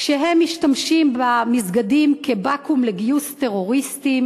כשהם משתמשים במסגדים כבקו"ם לגיוס טרוריסטים